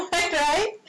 and right